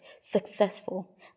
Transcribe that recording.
successful